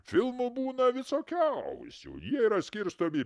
filmų būna visokiausių jie yra skirstomi